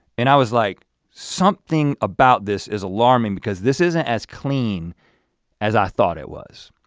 and i was like something about this is alarming because this isn't as clean as i thought it was.